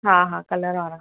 हा हा कलर वारा